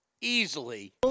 easily